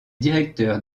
directeur